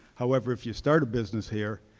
however if you start a business here,